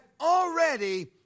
already